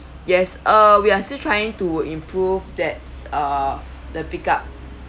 yes uh we are still trying to improve that's uh the pick up